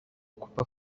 cooper